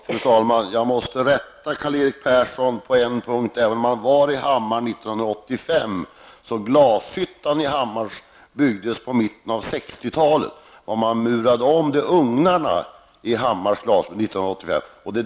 Fru talman! Jag måste rätta Karl-Erik Persson på en punkt, även om han befann sig i Hammar år talet. Det var ugnarna som murades om i Hammars glasbruk år 1985.